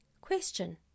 Question